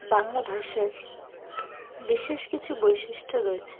বাংলা ভাষার বিশেষ কিছু বৈশিষ্ট্য রয়েছে